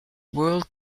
world